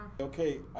Okay